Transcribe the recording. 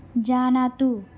जानातु